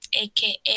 aka